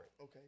Okay